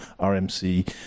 rmc